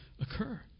occur